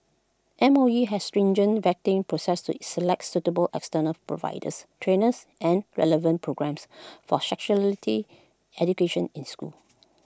M O E has stringent vetting process to select suitable external providers trainers and relevant programmes for sexuality education in schools